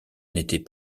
n’était